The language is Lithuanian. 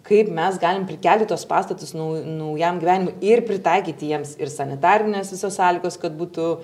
kaip mes galim prikelti tuos pastatus nau naujam gyvenimui ir pritaikyti jiems ir sanitarinės visos sąlygos kad būtų